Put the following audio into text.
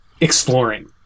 exploring